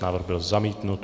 Návrh byl zamítnut.